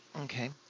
Okay